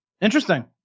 Interesting